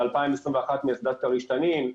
ב-2021 מאסדת כריש תנין,